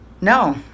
No